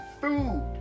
food